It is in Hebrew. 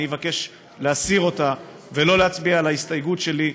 אני אבקש להסיר אותה ולא להצביע על ההסתייגות שלי.